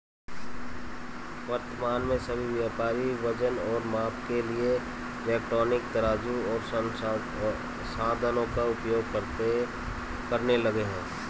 वर्तमान में सभी व्यापारी वजन और माप के लिए इलेक्ट्रॉनिक तराजू ओर साधनों का प्रयोग करने लगे हैं